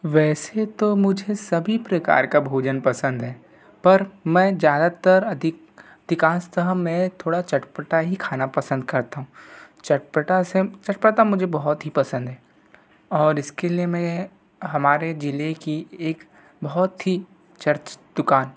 वैसे तो मुझे सभी प्रकार का भोजन पसंद है पर में ज़्यादातर अधिकांशतः मैं थोड़ा चटपटा ही खाना पसंद करता हूँ चटपटा से चटपटा मुझे बहुत ही पसंद है और इसके लिए मैं यह हमारे जिले की एक बहुत ही चर्चित दुकान